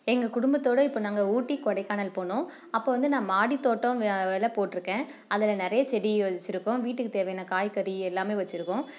எங்கள் குடும்பத்தோடு இப்போ நாங்கள் ஊட்டி கொடைக்கானல் போனோம் அப்போவந்து நான் மாடித்தோட்டம் விதைப் போட்டிருக்கேன் அதில் நிறைய செடி வச்சுருக்கோம் வீட்டுக்குத் தேவையான காய்கறி எல்லாமே வச்சுருக்கோம்